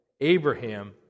Abraham